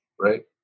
right